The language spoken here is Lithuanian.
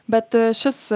bet šis